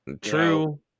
True